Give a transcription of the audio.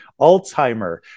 Alzheimer